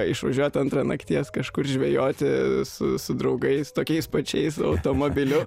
išvažiuot antrą nakties kažkur žvejoti su su draugais tokiais pačiais automobiliu